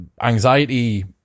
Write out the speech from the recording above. anxiety